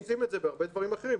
אנחנו עושים את זה בהרבה דברים אחרים,